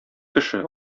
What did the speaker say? кеше